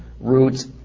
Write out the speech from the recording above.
roots